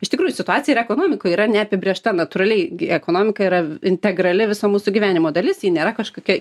iš tikrųjų situacija ir ekonomikoj yra neapibrėžta natūraliai ekonomika yra integrali viso mūsų gyvenimo dalis ji nėra kažkokia